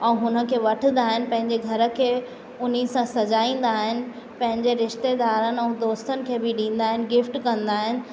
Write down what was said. ऐं हुनखे वठंदा आहिनि पंहिंजे घर खे हुन सां सजाईंदा आहिनि पंहिंजे रिश्तेदारनि ऐं दोस्तनि खे बि ॾींदा आहिनि गिफ़्ट कंदा आहिनि